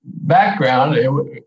background